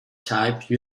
type